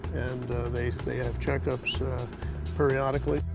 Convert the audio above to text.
they they have checkups periodically.